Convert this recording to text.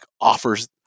offers